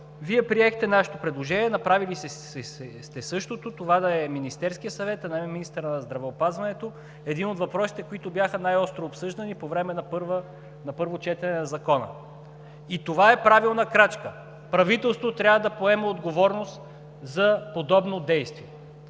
Вие приехте нашето предложение, направили сте същото, това да е Министерският съвет, а не министърът на здравеопазването, единият от въпросите, които бяха най-остро обсъждани по време на първо четене на Закона и това е правилна крачка. Правителството трябва да поема отговорност за подобно действие.